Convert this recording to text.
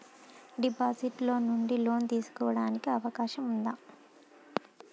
Deposit ల నుండి loan తీసుకునే అవకాశం ఉంటదా?